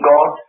God